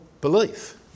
belief